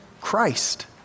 Christ